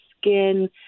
skin